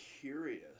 curious